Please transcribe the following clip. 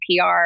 PR